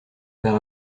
faire